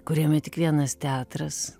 kuriame tik vienas teatras